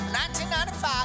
1995